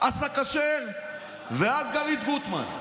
אסא כשר ועד גלית גוטמן.